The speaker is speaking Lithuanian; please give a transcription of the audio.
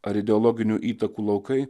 ar ideologinių įtakų laukai